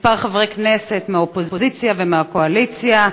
כמה חברי כנסת מהאופוזיציה ומהקואליציה,